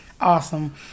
awesome